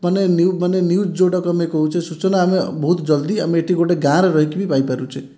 ମାନେ ନ୍ୟୁ ମାନେ ନ୍ୟୁଜ୍ ଯେଉଁଟାକୁ ଆମେ କହୁଛେ ସୂଚନା ଆମେ ବହୁତ ଜଲ୍ଦି ଆମେ ଏଇଠି ଗୋଟିଏ ଗାଁରେ ରହିକି ବି ପାଇପାରୁଛେ